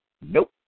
Nope